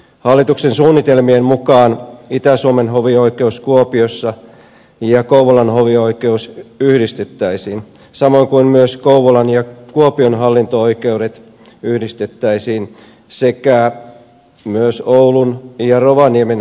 hallituksen suunnitelmien mukaan itä suomen hovioikeus kuopiossa ja kouvolan hovioikeus yhdistettäisiin samoin kuin myös kouvolan ja kuopion hallinto oikeudet yhdistettäisiin sekä myös oulun ja rovaniemen hallinto oikeudet